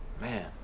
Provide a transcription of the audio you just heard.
Man